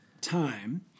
time